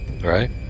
Right